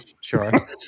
sure